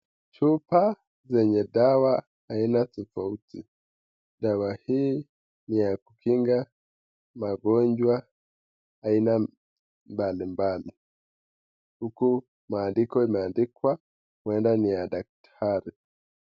Chupa zenye dawa aina tofauti. Dawa hii ni ya kukinga magonjwa aina mbalimbali huku maandiko imeandikwa huenda ni ya daktari.